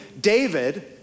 David